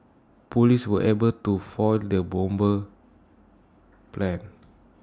Police were able to foil the bomber's plans